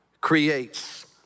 creates